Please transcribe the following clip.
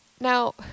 Now